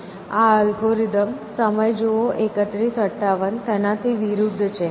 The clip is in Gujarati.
આ અલ્ગોરિધમ તેનાથી વિરુદ્ધ છે